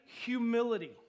Humility